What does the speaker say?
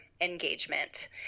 engagement